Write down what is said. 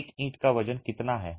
एक ईंट का वजन कितना है